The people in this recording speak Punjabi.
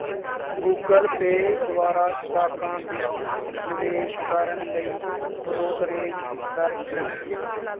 ਗੂਗਲ ਪੇ ਦੁਆਰਾ ਸਟਾਕਾਂ ਵਿੱਚ ਨਿਵੇਸ਼ ਕਰਨ ਲਈ ਬ੍ਰੋਕਰੇਜ ਦਰ ਕੀ ਹੈ